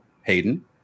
Hayden